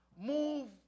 move